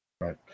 Right